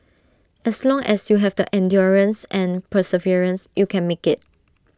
as long as you have the endurance and perseverance you can make IT